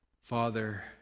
Father